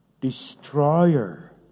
destroyer